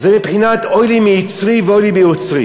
זה בבחינת אוי לי מיצרי ואוי לי מיוצרי: